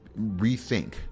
rethink